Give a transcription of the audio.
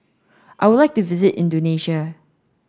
I would like to visit Indonesia